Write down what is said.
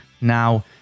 now